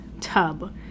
tub